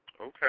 Okay